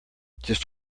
just